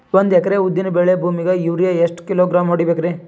ಒಂದ್ ಎಕರಿ ಉದ್ದಿನ ಬೇಳಿ ಭೂಮಿಗ ಯೋರಿಯ ಎಷ್ಟ ಕಿಲೋಗ್ರಾಂ ಹೊಡೀಬೇಕ್ರಿ?